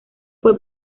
fue